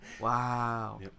wow